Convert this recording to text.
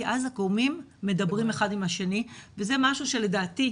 כי אז הגורמים מדברים אחד עם השני וזה משהו שלדעתי,